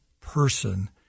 person